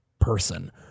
person